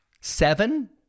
Seven